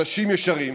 אנשים ישרים,